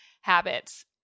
habits